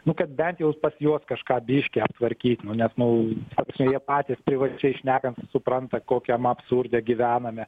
nu kad bent jau pas juos kažką biškį aptvarkyt nu nes nu ta prasme jie patys privačiai šnekant supranta kokiame absurde gyvename